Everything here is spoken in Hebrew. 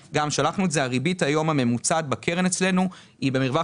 הריבית הממוצעת בקרן אצלנו היא במרווח